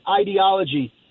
ideology